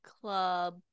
club